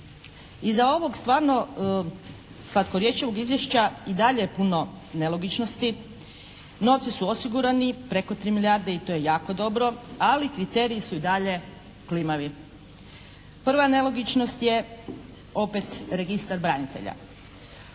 Iza ovog stvarno slatkorječivog izvješća i dalje je puno nelogičnosti. Novci su osigurani preko 3 milijarde i to je jako dobro, ali kriteriji su i dalje klimavi. Prva nelogičnost je opet registar branitelja.